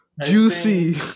juicy